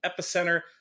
Epicenter